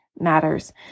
matters